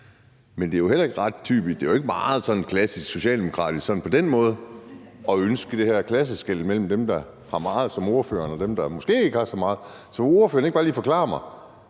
Det er jo ikke sådan særlig klassisk socialdemokratisk på den måde at ønske det her klasseskel mellem dem, der har meget som ordføreren, og dem, der måske ikke har så meget. Så vil ordføreren ikke bare lige forklare mig,